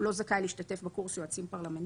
הוא לא זכאי להשתתף בקורס יועצים פרלמנטריים.